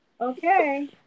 Okay